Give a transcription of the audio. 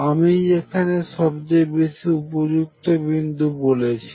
আমি এখানে সবচেয়ে বেশি উপযুক্ত বিন্দু বলেছি